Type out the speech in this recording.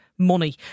Money